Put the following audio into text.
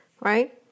right